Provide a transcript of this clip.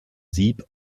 sieb